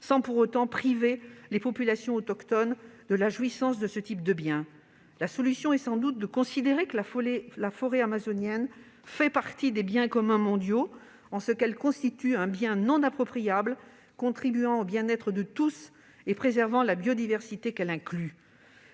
sans, pour autant, priver les populations autochtones de la jouissance de ce type de bien ? La solution est, sans doute, de considérer que la forêt amazonienne fait partie des « biens communs mondiaux » en ce qu'elle constitue un bien non appropriable, contribuant au bien-être de tous et préservant la biodiversité qu'elle inclut.